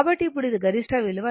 కాబట్టి ఇప్పుడు ఇది గరిష్ట విలువ